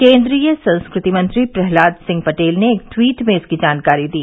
केंद्रीय संस्कृति मंत्री प्रहलाद सिंह पटेल ने एक ट्वीट में इसकी जानकारी दी